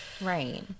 Right